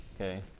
okay